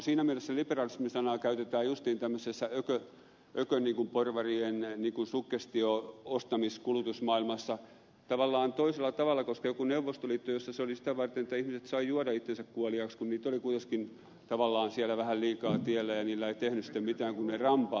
siinä mielessä liberalismi sanaa käytetään justiin tämmöisessä ököporvarien suggestio ostamis kulutus maailmassa tavallaan toisella tavalla koska jossakin neuvostoliitossa se oli sitä varten että ihmiset saivat juoda itsensä kuoliaiksi kun niitä oli kuitenkin tavallaan siellä vähän liikaa tiellä ja niillä ei tehnyt sitten mitään kun ne rampautuivat